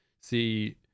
see